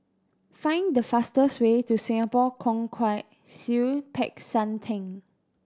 find fastest way to Singapore Kwong Wai Siew Peck San Theng